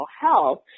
health